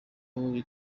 abo